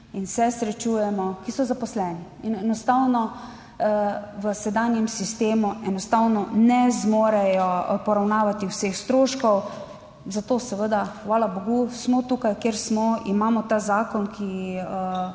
in se srečujemo, ki so zaposleni in enostavno v sedanjem sistemu enostavno ne zmorejo poravnavati vseh stroškov, zato seveda hvala bogu smo tukaj kjer smo, imamo ta zakon, ki